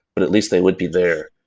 but at least they would be there,